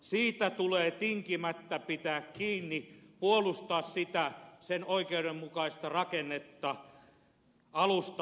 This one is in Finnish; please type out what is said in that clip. siitä tulee tinkimättä pitää kiinni puolustaa sitä sen oikeudenmukaista rakennetta alusta loppuun